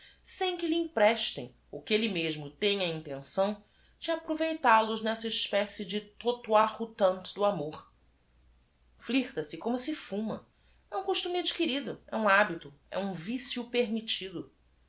sem que lhe emprestem ou que elle mesmo tenha a intenção de aproveitai os nessa espécie de trottoir roulant do mor lirta se como se fuma é u m costume ad quirido u m habito é u m vicio permettido